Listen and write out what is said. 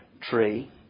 tree